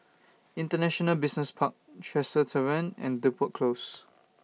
International Business Park Tresor Tavern and Depot Close